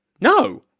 No